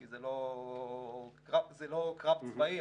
כי זה לא קרב צבאי,